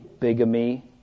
bigamy